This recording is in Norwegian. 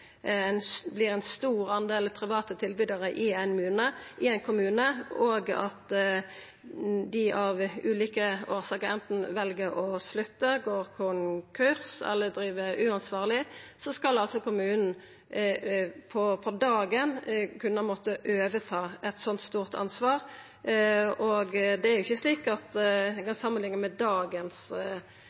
ein stor del private tilbydarar i ein kommune, og dei av ulike årsaker anten vel å slutte, går konkurs eller driv uansvarleg, skal altså kommunen på dagen kunna måtta overta eit slikt stort ansvar. Det er ikkje slik at ein kan samanlikna med